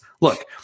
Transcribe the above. Look